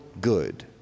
good